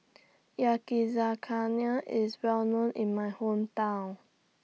Yakizakana IS Well known in My Hometown